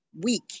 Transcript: week